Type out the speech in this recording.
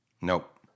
Nope